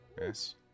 Yes